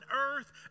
earth